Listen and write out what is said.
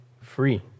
free